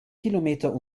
kilometer